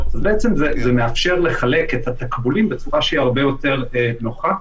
בעצם זה מאפשר לחלק את התקבולים בצורה הרבה יותר נוחה,